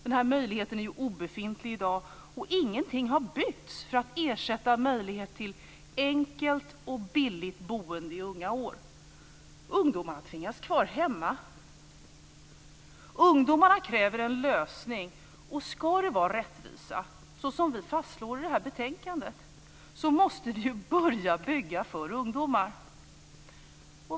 Den här möjligheten är i dag obefintlig, och ingenting har byggts för att ersätta den möjligheten till enkelt och billigt boende i unga år. Ungdomarna tvingas bo kvar hemma. Ungdomarna kräver en lösning. Och om det ska vara rättvisa, så som vi fastslår i det här betänkandet, måste vi börja bygga för ungdomar.